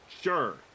Sure